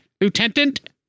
Lieutenant